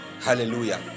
hallelujah